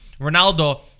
Ronaldo